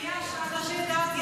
--- אצל דרוזים יש אנשי דת.